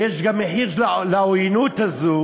ויש גם מחיר לעוינות הזאת